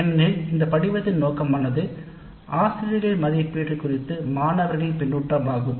ஏனெனில் இந்த படிவத்தின் நோக்கமானது ஆசிரியர்களின் மதிப்பீடு குறித்து மாணவர்கள் கூறும் கருத்தாகும்